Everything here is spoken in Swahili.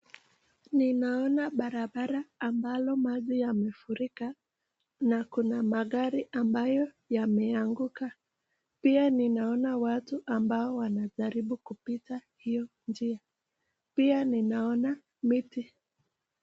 Ninaona barabara ambalo maji yamefunika, na kuna magari ambayo yameanguka, pia ninaona watu ambao wanajaribu kupita hio njia, pia ninaona, miti.